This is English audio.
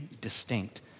distinct